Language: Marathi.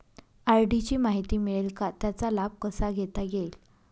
आर.डी ची माहिती मिळेल का, त्याचा लाभ कसा घेता येईल?